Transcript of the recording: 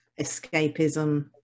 escapism